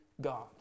God